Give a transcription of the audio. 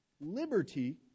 liberty